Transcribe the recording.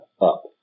up